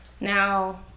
Now